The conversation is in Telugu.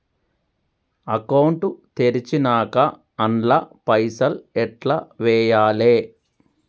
అకౌంట్ తెరిచినాక అండ్ల పైసల్ ఎట్ల వేయాలే?